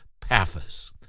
Paphos